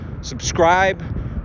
subscribe